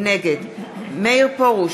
נגד מאיר פרוש,